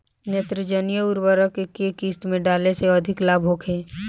नेत्रजनीय उर्वरक के केय किस्त में डाले से अधिक लाभ होखे?